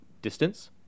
distance